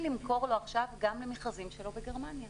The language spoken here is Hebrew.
למכור לו עכשיו גם למכרזים שלו בגרמניה.